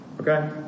Okay